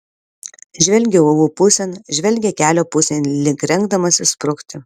žvelgia uolų pusėn žvelgia kelio pusėn lyg rengdamasis sprukti